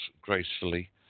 gracefully